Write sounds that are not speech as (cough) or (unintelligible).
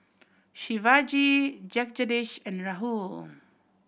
Shivaji (unintelligible) and Rahul